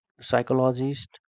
psychologist